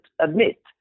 admit